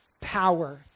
power